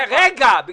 רגע, אחמד.